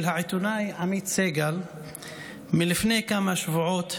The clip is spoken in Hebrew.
העיתונאי עמית סגל מלפני כמה שבועות,